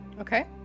Okay